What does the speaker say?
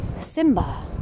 Simba